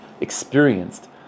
experienced